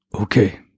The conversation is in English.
Okay